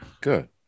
Good